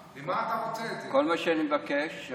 כל מה שאני מבקש זה